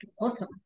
Awesome